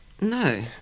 no